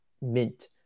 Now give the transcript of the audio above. mint